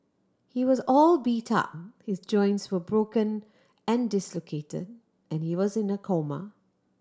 he was all beat up his joints were broken and dislocate and he was in a coma